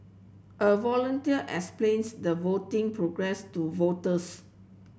a volunteer explains the voting process to voters